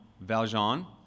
Valjean